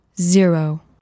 zero